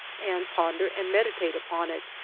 and ponder and meditate upon it.